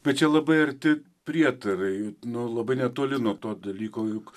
bet čia labai arti prietarai nu labai netoli nuo to dalyko juk